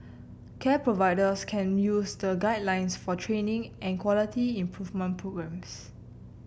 care providers can use the guidelines for training and quality improvement programmes